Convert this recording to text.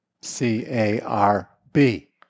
C-A-R-B